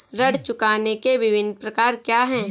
ऋण चुकाने के विभिन्न प्रकार क्या हैं?